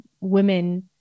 women